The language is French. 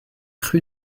rue